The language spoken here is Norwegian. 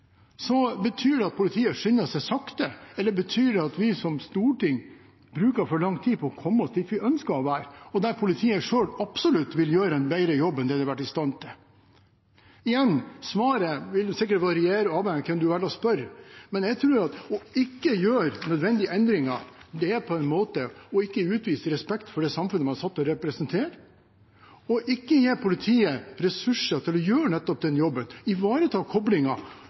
Betyr det at politiet skynder seg sakte, eller betyr det at vi som storting bruker for lang tid på å komme oss dit vi ønsker å være, og der politiet selv absolutt vil gjøre enn bedre jobb enn de har vært i stand til? Svaret vil sikkert variere avhengig av hvem man velger å spørre, men jeg tror at ikke å gjøre nødvendige endringer er å ikke utvise respekt for det samfunnet man er satt til å representere. Ikke å gi politiet ressurser til å gjøre nettopp den jobben, ivareta